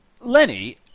Lenny